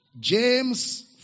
James